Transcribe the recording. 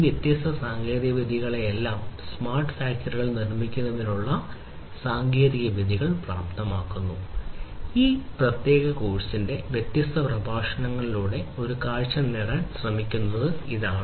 ഈ വ്യത്യസ്ത സാങ്കേതികവിദ്യകളെല്ലാം സ്മാർട്ട് ഫാക്ടറികൾ നിർമ്മിക്കുന്നതിനുള്ള സാങ്കേതികവിദ്യകൾ പ്രാപ്തമാക്കുന്നു ഈ പ്രത്യേക കോഴ്സിന്റെ വ്യത്യസ്ത പ്രഭാഷണങ്ങളിലൂടെ ഒരു കാഴ്ച നേടാൻ ശ്രമിക്കുന്നത് ഇതാണ്